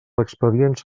expedients